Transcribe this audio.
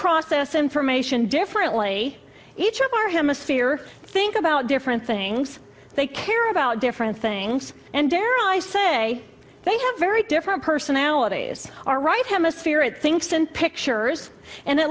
process information differently each of our hemisphere think about different things they care about different things and dare i say they have very different personalities are right hemisphere it thinks in pictures and it